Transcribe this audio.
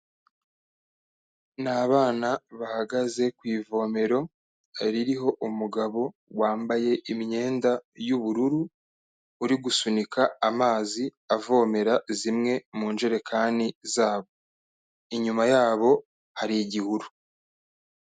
Ni abana bahagaze ku ivomero, ririho umugabo wambaye imyenda y'ubururu, uri gusunika amazi avomera zimwe mu njerekani zabo. Inyuma yabo hari igihuru.